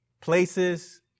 places